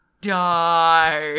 Die